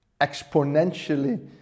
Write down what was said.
exponentially